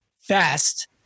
fast